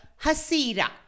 Hasira